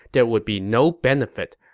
there would be no benefit.